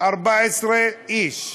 14 איש.